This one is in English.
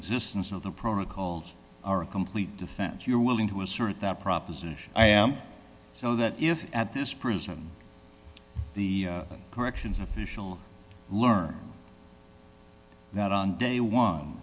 existence of the protocols are a complete defense you're willing to assert that proposition i am so that if at this prison the corrections officials learn that on day